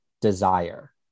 desire